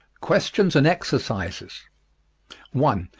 questions and exercises one.